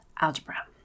algebra